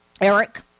Eric